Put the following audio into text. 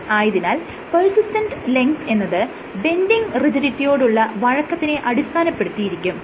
ആയതിനാൽ persistent length എന്നത് bending റിജിഡിറ്റിയോടുള്ള വഴക്കത്തിനെ അടിസ്ഥാനപ്പെടുത്തിയിരിക്കും